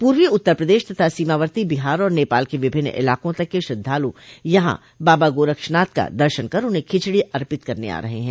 पूर्वी उत्तर प्रदेश तथा सीमावर्ती बिहार और नेपाल के विभिन्न इलाकों तक के श्रद्धालु यहां बाबा गोरक्षनाथ का दर्शन कर उन्हें खिचड़ी अर्पित करने आ रहे हैं